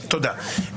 תודה.